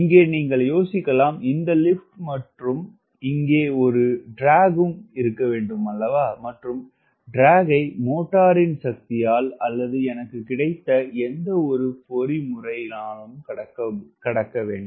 இங்கே நீங்கள் யோசிக்கலாம் இந்த லிப்ட் மற்றும் இங்கே ஒரு இழுவை உள்ளது மற்றும் இழுவையை மோட்டரின் சக்தியால் அல்லது எனக்கு கிடைத்த எந்த பொறிமுறையினாலும் கடக்க வேண்டும்